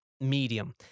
medium